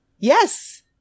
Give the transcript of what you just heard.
Yes